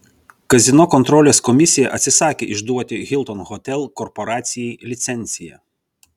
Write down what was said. kazino kontrolės komisija atsisakė išduoti hilton hotel korporacijai licenciją